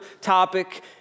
topic